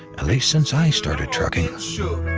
at least since i started trucking. so